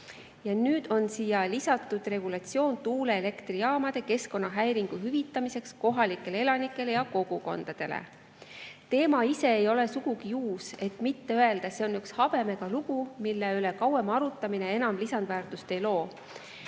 Nüüd on siia lisatud regulatsioon tuuleelektrijaamade keskkonnahäiringu hüvitamiseks kohalikele elanikele ja kogukondadele. Teema ise ei ole sugugi uus, et mitte öelda, et see on üks habemega lugu, mille üle kauem arutamine enam lisandväärtust ei loo.